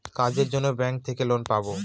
কাজের জন্য ব্যাঙ্ক থেকে লোন পাবো